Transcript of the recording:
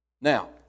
Now